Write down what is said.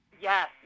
Yes